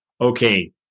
okay